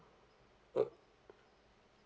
o~